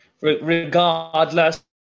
Regardless